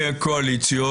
בקואליציות,